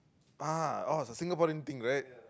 ah oh so it's a Singaporean thing right